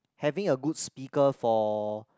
having a good speaker for